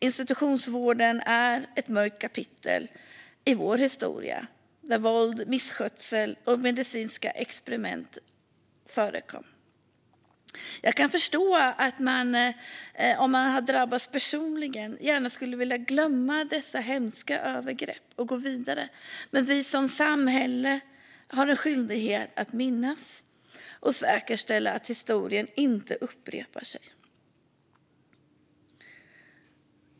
Institutionsvården är ett mörkt kapitel i vår historia där våld, misskötsel och medicinska experiment förekom. Jag kan förstå att man om man har drabbats personligen gärna skulle vilja glömma dessa hemska övergrepp och gå vidare. Men vi som samhälle har en skyldighet att minnas och säkerställa att historien inte upprepas.